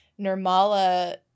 Nirmala